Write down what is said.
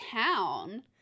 town